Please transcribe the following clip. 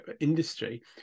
industry